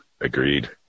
Agreed